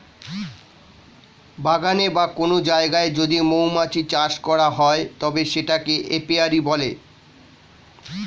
বাগানে বা কোন জায়গায় যদি মৌমাছি চাষ করা হয় তবে সেটাকে এপিয়ারী বলে